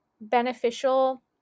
beneficial